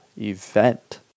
event